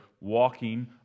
walking